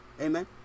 Amen